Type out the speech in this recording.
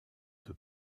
que